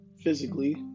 physically